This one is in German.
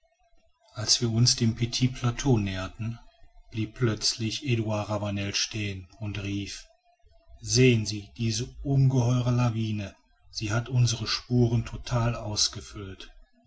als wir uns dem petit plateau näherten blieb plötzlich eduard ravanel stehen und rief sehen sie diese ungeheure lawine sie hat unsere spuren total ausgefüllt